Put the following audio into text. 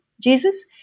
Jesus